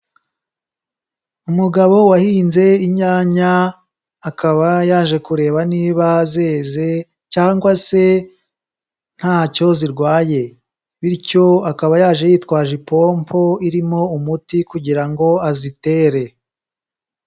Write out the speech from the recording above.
Umugabo wahinze inyanya, akaba yaje kureba niba zeze cyangwa se ntacyo zirwaye. Bityo akaba yaje yitwaje ipompo irimo umuti kugira ngo azitere.